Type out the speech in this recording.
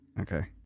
Okay